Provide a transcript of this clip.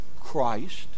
Christ